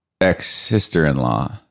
ex-sister-in-law